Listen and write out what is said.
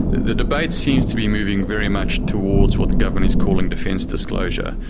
the debate seems to be moving very much towards what the government is calling defence disclosure.